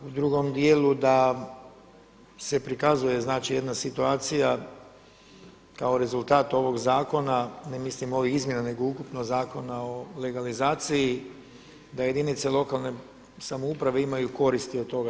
U drugom dijelu da se prikazuje znači jedna situacija kao rezultat ovoga zakona, ne mislim ovih izmjena, nego ukupno Zakona o legalizaciji da jedinice lokalne samouprave imaju koristi od toga.